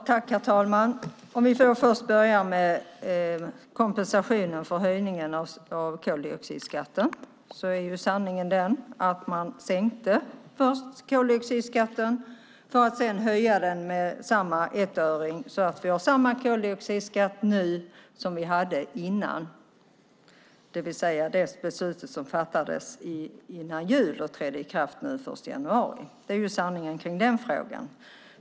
Herr talman! Jag ska börja med kompensationen för höjningen av koldioxidskatten. Sanningen är att man först sänkte koldioxidskatten för att sedan höja den med samma ettöring så att vi nu har samma koldioxidskatt som vi hade tidigare. Beslutet fattades före jul och trädde i kraft den 1 januari. Det är sanningen kring den frågan.